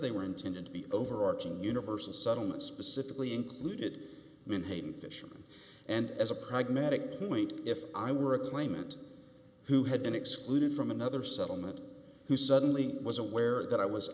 they were intended to be overarching universal settlements specifically included in hainan fisherman and as a pragmatic point if i were a claimant who had been excluded from another settlement who suddenly was aware that i was